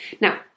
Now